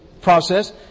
process